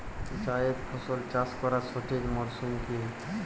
জায়েদ ফসল চাষ করার সঠিক মরশুম কি?